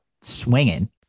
swinging